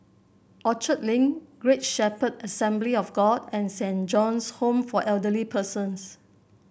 Orchard Link Great Shepherd Assembly of God and Saint John's Home for Elderly Persons